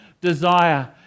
desire